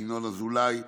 ינון אזולאי,